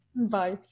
Bye